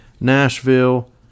Nashville